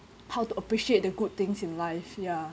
how to appreciate the good things in life ya